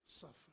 suffer